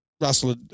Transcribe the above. Russell